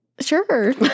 Sure